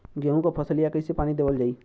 गेहूँक फसलिया कईसे पानी देवल जाई?